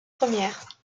premières